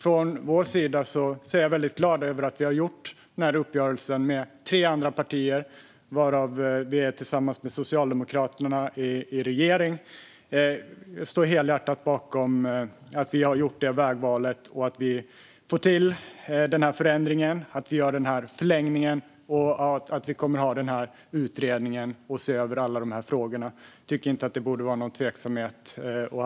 Jag är mycket glad över att vi från vår sida har gjort denna uppgörelse med tre andra partier, och Socialdemokraterna sitter vi tillsammans med i regeringen. Jag står helhjärtat bakom att vi har gjort detta vägval, att vi får till denna förändring och gör denna förlängning och att vi kommer att ha denna utredning som ska se över alla dessa frågor. Jag tycker inte att det borde råda någon tveksamhet om detta.